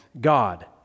God